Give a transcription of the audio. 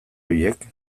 horiek